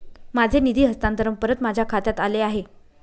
माझे निधी हस्तांतरण परत माझ्या खात्यात आले आहे